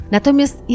Natomiast